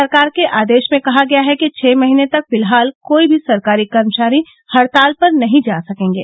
सरकार के आदेश में कहा गया है कि छह महीने तक फिलहाल कोई भी सरकारी कर्मचारी हड़ताल पर नहीं जा सकेंगे